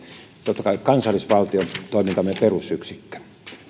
totta kai kansallisvaltio on toimintamme perusyksikkö